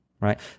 right